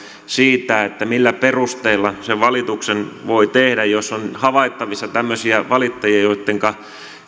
siitä millä perusteella sen valituksen voi tehdä jos on havaittavissa tämmöisiä valittajia joittenka